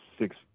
six